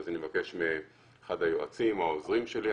אז אני מבקש מאחד היועצים או העוזרים שלי,